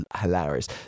hilarious